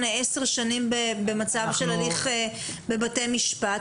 10 שנים במצב של הליך בבתי משפט,